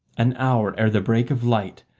an hour ere the break of light,